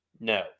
No